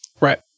Right